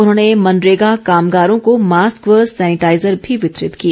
उन्होने मनरेगा कामगारों को मास्क व सैनिटाईजर भी वितरित किए